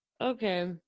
Okay